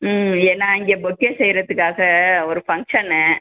ம் ஏன்னா இங்க பொக்கே செய்கிறத்துக்காக ஒரு ஃபங்க்ஷனு